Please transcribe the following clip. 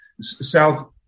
South